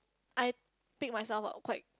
I pick myself up quite